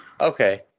Okay